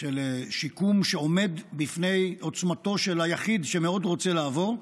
של שיקום שעומד בפני עוצמתו של היחיד שמאוד רוצה לעבור,